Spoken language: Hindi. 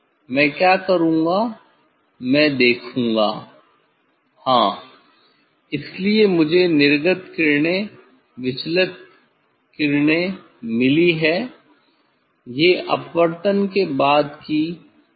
मैं क्या करूंगा मैं देखूंगा हां इसलिए मुझे निर्गत किरणें विचलित किरणें मिलीं ये अपवर्तन के बाद की सीधी किरणें हैं